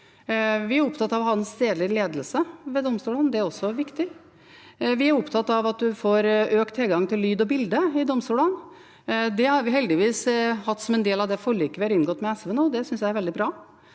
Vi er opptatt av å ha en stedlig ledelse ved domstolene. Det er også viktig. Vi er opptatt av at man får økt tilgang til lyd og bilde i domstolene. Det har vi heldigvis hatt som en del av det forliket vi har inngått med SV nå. Det synes jeg er veldig bra.